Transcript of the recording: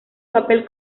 papel